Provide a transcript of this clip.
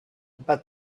but